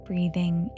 Breathing